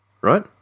Right